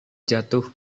jatuh